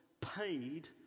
paid